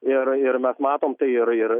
ir ir mes matom tai ir ir